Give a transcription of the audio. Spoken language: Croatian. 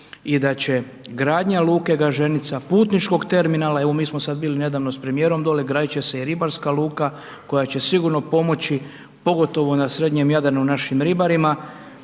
i da će gradnja luke Gaženica, putničkog terminala, evo mi smo sad bili nedavno s premijerom dolje, gradit će se i ribarska luka, koja će sigurno pomoći, pogotovo na srednjem Jadranu našim ribarima,